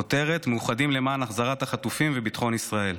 הכותרת: מאוחדים למען החזרת החטופים וביטחון ישראל.